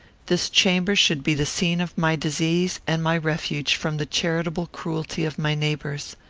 this chamber should be the scene of my disease and my refuge from the charitable cruelty of my neighbours.